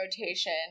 rotation